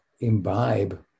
imbibe